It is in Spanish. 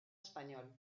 español